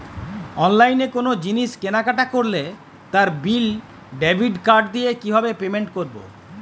অনলাইনে কোনো জিনিস কেনাকাটা করলে তার বিল ডেবিট কার্ড দিয়ে কিভাবে পেমেন্ট করবো?